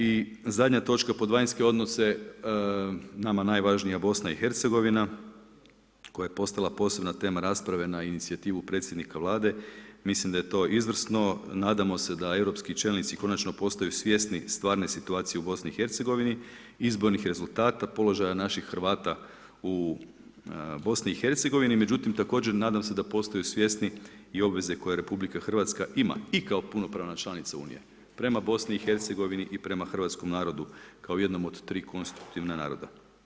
I zadnja točka pod vanjske odnose nama najvažnija BiH, koja je postala posebna tema rasprave na inicijativu predsjednika Vlada, mislim da je to izvrsno nadamo se da europski čelnici konačno postaju svjesni stvarne situacije u BiH, izbornih rezultata, položaja naših Hrvata u BiH, međutim također nadam se da postaju svjesni i obveze koje RH ima i kao punopravna članica unija prema BiH i prema hrvatskom narodu kao jednom od tri konstruktivna naroda.